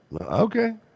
okay